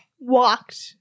walked